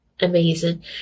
amazing